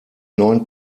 neun